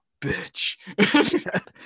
bitch